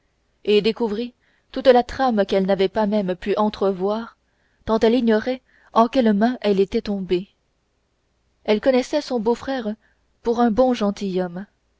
et découvrit toute la trame qu'elle n'avait pas même pu entrevoir tant qu'elle ignorait en quelles mains elle était tombée elle connaissait son beau-frère pour un bon